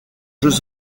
jeux